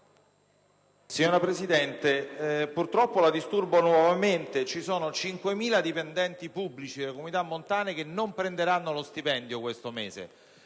Signora Presidente, purtroppo la disturbo nuovamente perché 5.000 dipendenti pubblici delle comunità montane questo mese non prenderanno lo stipendio ed il